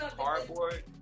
cardboard